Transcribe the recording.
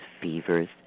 fevers